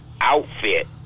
outfit